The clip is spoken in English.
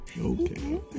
okay